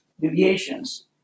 deviations